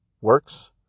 works